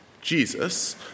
Jesus